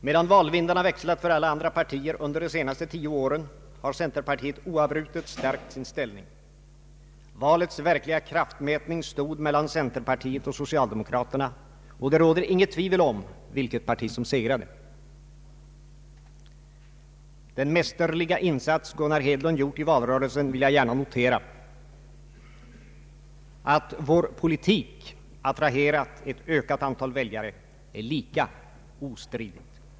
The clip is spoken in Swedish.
Medan valvindarna växlat för alla andra partier under de senaste tio åren har centerpartiet oavbrutet stärkt sin ställning. Valets verkliga kraftmätning stod mellan centerpartiet och socialdemokraterna, och det råder inget tvivel om vilket parti som segrade. Den mästerliga insats Gunnar Hedlund gjort i valrörelsen vill jag gärna notera. Att vår politik attraherat ett ökat antal väljare är lika ostridigt.